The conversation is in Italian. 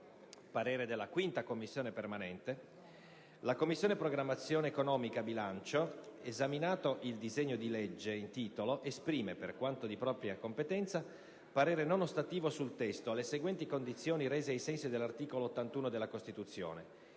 parere non ostativo sui restanti emendamenti». «La Commissione programmazione economica, bilancio, esaminato il disegno di legge in titolo, esprime, per quanto di propria competenza, parere non ostativo sul testo alle seguenti condizioni rese ai sensi dell'articolo 81 della Costituzione: